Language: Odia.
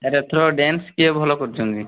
ସାର୍ ଏଥର ଡାନ୍ସ୍ କିଏ ଭଲ କରୁଛନ୍ତି